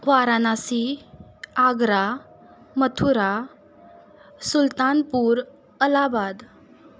Varanasi Agra Mathura Sultanpur Allahabad